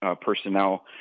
personnel